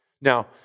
Now